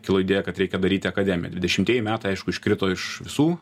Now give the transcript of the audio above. kilo idėja kad reikia daryti akademiją dvidešimtieji metai aišku iškrito iš visų